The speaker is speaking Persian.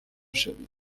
شوید